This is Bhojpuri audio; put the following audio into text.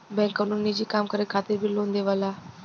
बैंक कउनो निजी काम करे खातिर भी लोन देवला